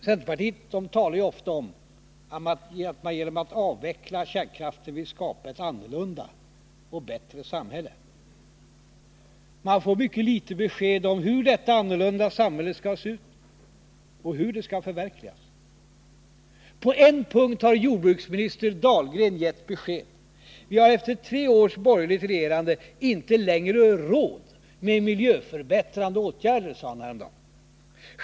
Centerpartiet talar ofta om att man genom att avveckla kärnkraften vill skapa ett annorlunda och bättre samhälle. Men vi får mycket knappa besked om hur detta annorlunda samhälle skall se ut och hur det skall förverkligas. På en punkt har jordbruksminister Dahlgren gett besked. Vi har efter tre års borgerligt regerande inte längre råd med miljöförbättrande åtgärder, sade han häromdagen.